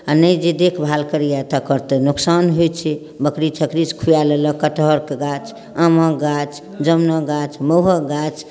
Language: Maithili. आओर नहि जे देखभाल करैए तकर तऽ नोकसान होइ छै बकरी छकरीसँ खुआ लेलक कटहरके गाछ आमक गाछ जामुनक गाछ महुआके गाछ